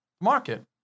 Market